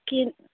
কি